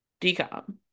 decom